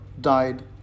died